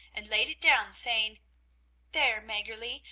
and laid it down, saying there, maggerli,